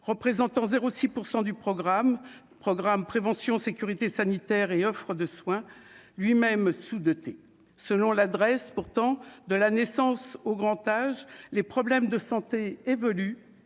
représentant 0 6 % du programme programme prévention sécurité sanitaire et offre de soins, lui-même sous-dotées, selon l'adresse pourtant de la naissance au grand âge, les problèmes de santé évoluent